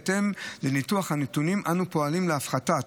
בהתאם לניתוח הנתונים אנו פועלים להפחתת